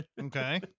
okay